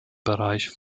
bereich